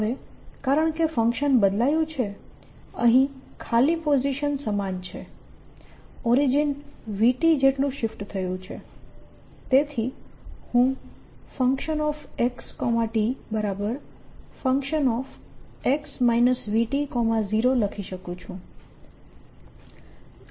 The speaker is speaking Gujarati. હવે કારણકે ફંક્શન બદલાયું છે અહીં ખાલી પોઝીશન સમાન છે ઓરિજીન v t જેટલું શિફ્ટ થયું છે તેથી હું fxtfx vt0 લખી શકું છું